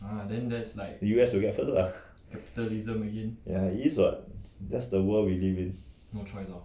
the U_S will get first lah ya it is what that's the world we live in